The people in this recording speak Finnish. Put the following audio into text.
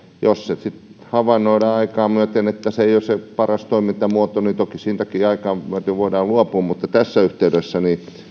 jos sitten havainnoidaan aikaa myöten että se ei ole se paras toimintamuoto niin toki siitäkin aikaa myöten voidaan luopua mutta tässä yhteydessä